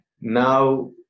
now